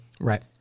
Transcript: Right